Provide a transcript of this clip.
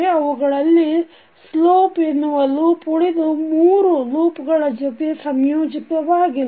ಅವುಗಳಲ್ಲಿ ಸ್ಲೋಪ್ ಎನ್ನುವ ಲೂಪ್ ಉಳಿದ ಮೂರು ಲೂಪ್ಗಳ ಜೊತೆ ಸಂಯೋಜಿತವಾಗಿಲ್ಲ